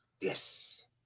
Yes